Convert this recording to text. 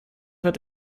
wird